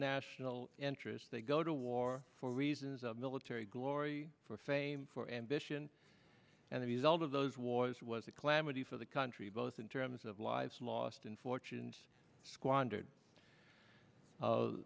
national interest they go to war for reasons of military glory for fame for ambition and the result of those wars was a calamity for the country both in terms of lives lost and fortunes squandered